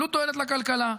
עלות תועלת לכלכלה,